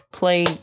Play